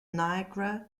niagara